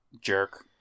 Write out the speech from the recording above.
jerk